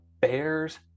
Bears